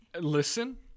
listen